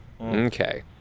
okay